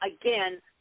again